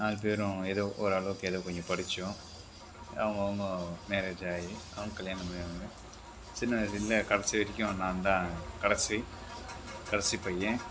நாலு பேரும் ஏதோ ஓரளவுக்கு ஏதோ கொஞ்சம் படித்தோம் அவங்க அவங்க மேரேஜ் ஆகி கல்யாணம் பண்ணிணாங்க சின்ன வயசுலிருந்தே கடைசி வரைக்கும் நான் தான் கடைசி கடைசி பையன்